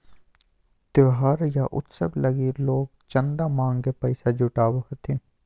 त्योहार या उत्सव लगी लोग चंदा मांग के पैसा जुटावो हथिन